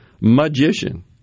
magician